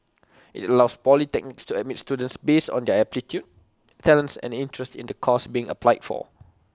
IT allows polytechnics to admit students based on their aptitude talents and interests in the course being applied for